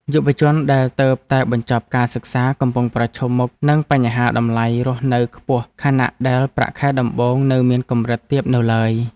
យុវជនដែលទើបតែបញ្ចប់ការសិក្សាកំពុងប្រឈមមុខនឹងបញ្ហាតម្លៃរស់នៅខ្ពស់ខណៈដែលប្រាក់ខែដំបូងនៅមានកម្រិតទាបនៅឡើយ។